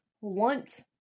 want